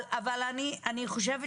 אני חושבת